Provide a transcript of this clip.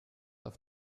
auf